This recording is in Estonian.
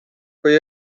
kui